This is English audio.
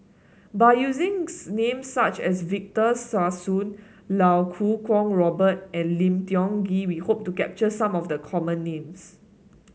by using's names such as Victor Sassoon Iau Kuo Kwong Robert and Lim Tiong Ghee we hope to capture some of the common names